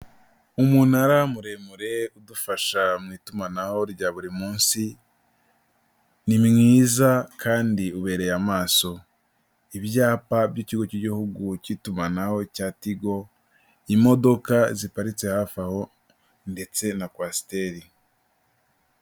Umunara muremure udufasha mu itumanaho rya buri munsi ni mwiza kandi ubereye amaso ibyapa by'ikigo cy'igihugu cy'itumanaho cya tigo imodoka ziparitse hafi aho ndetse na kwasiteri.